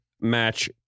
match